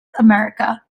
america